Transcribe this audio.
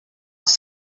els